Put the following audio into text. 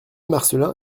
marcelin